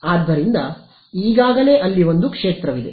ಆದ್ದರಿಂದ ಈಗಾಗಲೇ ಅಲ್ಲಿ ಒಂದು ಕ್ಷೇತ್ರವಿದೆ